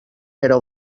però